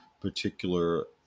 particular